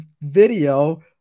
video